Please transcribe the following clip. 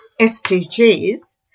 SDGs